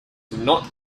not